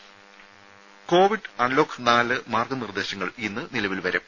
ദേദ covid unlock നാല് മാർഗ്ഗ നിർദ്ദേശങ്ങൾ ഇന്ന് നിലവിൽ വരും